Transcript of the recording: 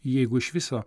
jeigu iš viso